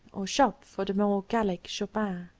or szop, for the more gallic chopin.